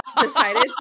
decided